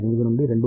8 నుండి 2